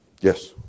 Yes